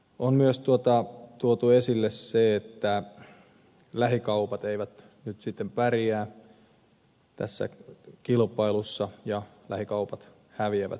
on myös tuotu esille se että lähikaupat eivät nyt sitten pärjää tässä kilpailussa ja lähikaupat häviävät pikkuhiljaa